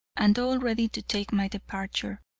and all ready to take my departure.